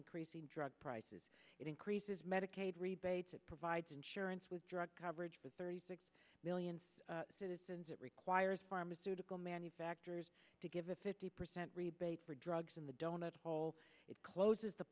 increasing drug prices it increases medicaid rebates it provides insurance with drug coverage for thirty six million citizens it requires pharmaceutical manufacturers to give a fifty percent rebate for drugs in the donut hole it closes the